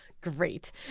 Great